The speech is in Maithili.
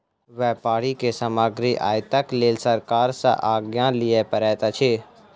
व्यापारी के सामग्री आयातक लेल सरकार सॅ आज्ञा लिअ पड़ैत अछि